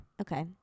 Okay